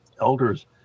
elders